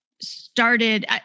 started